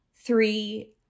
three